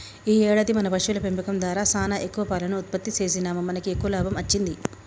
ఈ ఏడాది మన పశువుల పెంపకం దారా సానా ఎక్కువ పాలను ఉత్పత్తి సేసినాముమనకి ఎక్కువ లాభం అచ్చింది